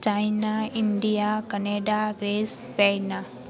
China India Canada Greece pina